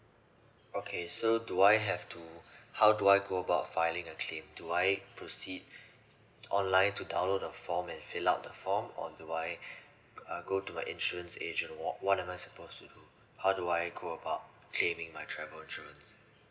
okay so do I have to how do I go about filling a claim do I proceed online to download a form and fill up the form or do I err go to my insurance agent wha~ what am I supposed to how do I go about claiming my travel insurance